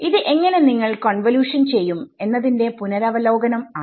ഇത് എങ്ങനെ നിങ്ങൾ കോൺവലൂഷൻ ചെയ്യും എന്നതിന്റെ പുനരാവലോകനം ആണ്